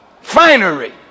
Finery